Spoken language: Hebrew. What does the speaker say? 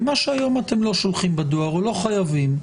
ומה שהיום אתם לא שולחים בדואר או לא חייבים,